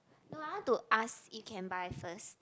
no I want to ask you can buy first